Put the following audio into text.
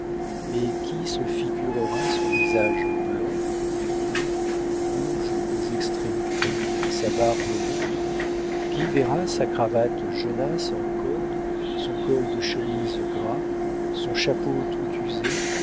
mais qui se figurera son visage blanc ridé rouge aux extrémités et sa barbe longue qui verra sa cravate jaunasse en corde son col de chemise gras son chapeau tout usé